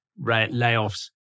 layoffs